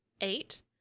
eight